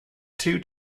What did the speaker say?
two